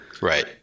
Right